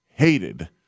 Hated